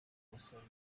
basore